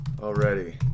already